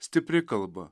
stipri kalba